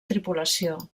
tripulació